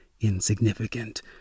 insignificant